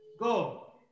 go